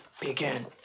begin